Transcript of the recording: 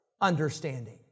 understanding